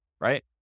right